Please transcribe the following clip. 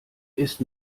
ist